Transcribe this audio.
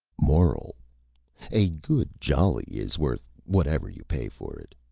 moral a good jolly is worth whatever you pay for it.